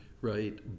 right